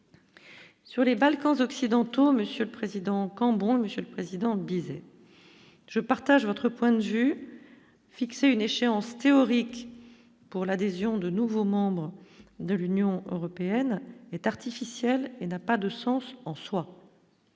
Sur les Balkans occidentaux mais. C'est président encombrant Monsieur le Président, Bizet je partage votre point de vue fixer une échéance théorique pour l'adhésion de nouveaux membres de l'Union européenne est artificiel et n'a pas de sens en soi.